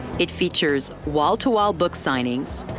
it features wall to wall book signings,